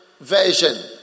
version